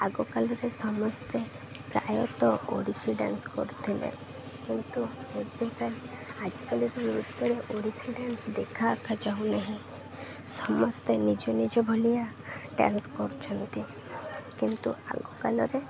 ଆଗକାଲରେ ସମସ୍ତେ ପ୍ରାୟତଃ ଓଡ଼ିଶୀ ଡ଼୍ୟାନ୍ସ କରୁଥିଲେ କିନ୍ତୁ ଏବେକା ଆଜିକାଲିର ନୃତ୍ୟରେ ଓଡ଼ିଶୀ ଡ଼୍ୟାନ୍ସ ଦେଖାଆଖା ଯାଉନାହିଁ ସମସ୍ତେ ନିଜ ନିଜ ଭଳିଆ ଡ଼୍ୟାନ୍ସ କରୁଛନ୍ତି କିନ୍ତୁ ଆଗକାଲରେ